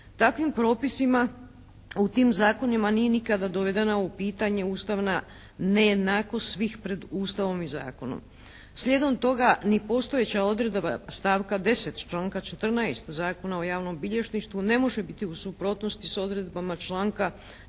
Takvim propisima u tim zakonima nije nikada dovedena u pitanje ustavna nejednakost svih pred Ustavom i zakonom. Slijedom toga ni postojeća odredba stavka 10. članka 14. Zakona o javnom bilježništvu ne može biti u suprotnosti s odredbama članka